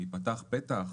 "יפתח פתח",